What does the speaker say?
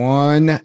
one